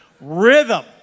Rhythm